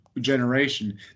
generation